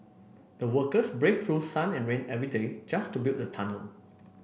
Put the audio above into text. the workers braved through sun and rain every day just to build the tunnel